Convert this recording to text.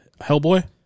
Hellboy